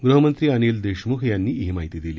गृहमंत्री अनिल देशमुख यांनी ही माहिती दिली